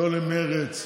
לא למרצ.